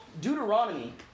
Deuteronomy